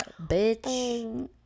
bitch